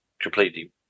completely